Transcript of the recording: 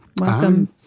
Welcome